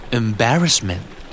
embarrassment